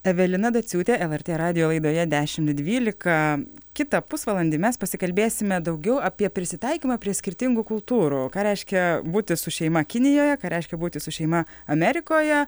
evelina daciūtė lrt radijo laidoje dešimt dvylika kitą pusvalandį mes pasikalbėsime daugiau apie prisitaikymą prie skirtingų kultūrų ką reiškia būti su šeima kinijoje ką reiškia būti su šeima amerikoje